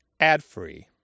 ad-free